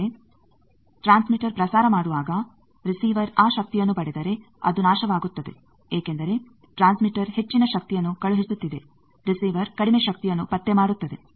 ಆದರೆ ಟ್ರಾನ್ಸ್ಮೀಟರ್ ಪ್ರಸಾರ ಮಾಡುವಾಗ ರಿಸಿವರ್ ಆ ಶಕ್ತಿಯನ್ನು ಪಡೆದರೆ ಅದು ನಾಶವಾಗುತ್ತದೆ ಏಕೆಂದರೆ ಟ್ರಾನ್ಸ್ಮೀಟರ್ ಹೆಚ್ಚಿನ ಶಕ್ತಿಯನ್ನು ಕಳುಹಿಸುತ್ತಿದೆ ರಿಸಿವರ್ ಕಡಿಮೆ ಶಕ್ತಿಯನ್ನು ಪತ್ತೆ ಮಾಡುತ್ತದೆ